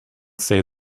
say